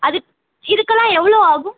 அதுக் இதுக்கெல்லாம் எவ்வளோ ஆகும்